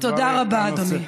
תודה רבה, אדוני.